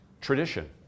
Tradition